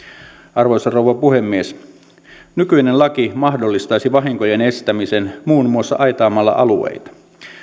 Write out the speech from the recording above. arvoisa rouva puhemies nykyinen laki mahdollistaisi vahinkojen estämisen muun muassa aitaamalla alueita